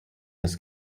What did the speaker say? this